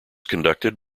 conducted